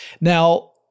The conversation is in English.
Now